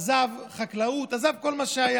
עזב חקלאות, עזב את כל מה שהיה